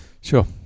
Sure